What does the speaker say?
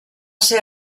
ser